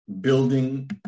building